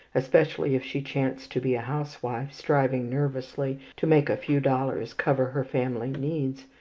especially if she chance to be a housewife striving nervously to make a few dollars cover her family needs,